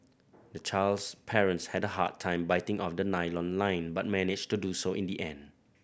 the child's parents had a hard time biting off the nylon line but managed to do so in the end